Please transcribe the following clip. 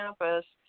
campus